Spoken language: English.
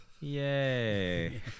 yay